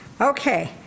Okay